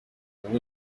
ubu